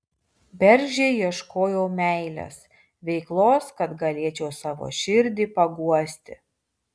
bergždžiai ieškojau meilės veiklos kad galėčiau savo širdį paguosti